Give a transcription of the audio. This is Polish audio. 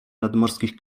nadmorskich